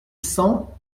cent